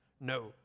no